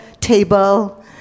table